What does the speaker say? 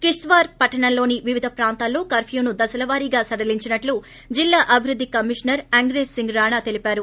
కిష్త్వార్ పట్టణంలోని వివిధ ప్రాంతాల్లో కర్న్నును దశలవారీగా స్టిట్టు జిల్లా తిభివృద్ధి కమిషనర్ అంగ్రేజ్ సింగ్ రాన్నితెలిపారు